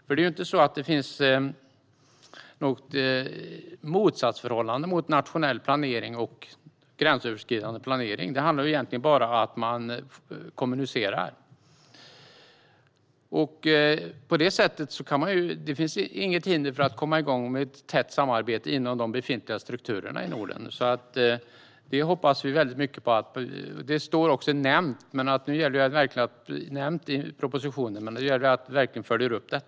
Det finns ju inte något motsatsförhållande mellan nationell och gränsöverskridande planering. Det handlar egentligen bara om att kommunicera. Det finns inget hinder för att komma igång med ett tätt samarbete inom de befintliga strukturerna i Norden. Detta står också nämnt i propositionen, men nu gäller det att vi verkligen följer upp det.